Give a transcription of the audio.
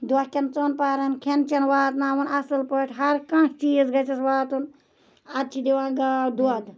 دۄہ کیٚن ژوٚن پَہرَن کھیٚن چیٚن واتناوُن اصل پٲٹھۍ ہر کانٛہہ چیٖز گَژھیٚس واتُن اَدٕ چھِ دِوان گاو دۄد